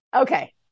Okay